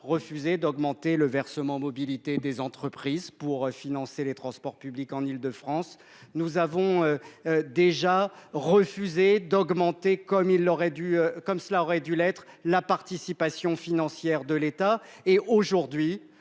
refusé d'augmenter le versement mobilité des entreprises afin de financer les transports publics en Île-de-France. Elle a par ailleurs refusé d'augmenter, comme elle aurait dû le faire, la participation financière de l'État. Aujourd'hui,